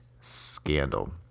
Scandal